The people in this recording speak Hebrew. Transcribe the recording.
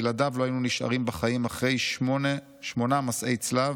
בלעדיו לא היו נשארים בחיים אחרי שמונה מסע צלב,